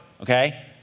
okay